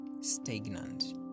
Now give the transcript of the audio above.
Stagnant